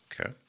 Okay